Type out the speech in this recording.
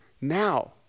now